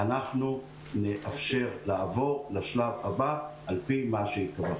אנחנו נאפשר לעבור לשלב הבא על-פי מה שייקבע.